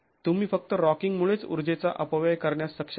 तुम्ही फक्त रॉकिंग मुळेच ऊर्जेचा अपव्यय करण्यास सक्षम नाही